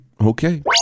okay